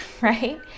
right